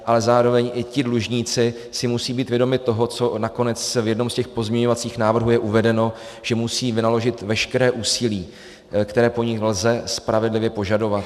Ale zároveň i ti dlužníci si musí být vědomi toho, co nakonec v jednom z těch pozměňovacích návrhů je uvedeno, že musí vynaložit veškeré úsilí, které po nich lze spravedlivě požadovat.